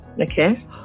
Okay